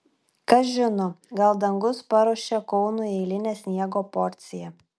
kas žino gal dangus paruošė kaunui eilinę sniego porciją